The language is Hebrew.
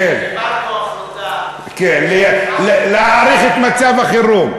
שקיבלנו החלטה, כן, להאריך את מצב החירום.